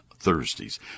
Thursdays